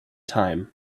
time